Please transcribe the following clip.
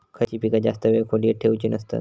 खयली पीका जास्त वेळ खोल्येत ठेवूचे नसतत?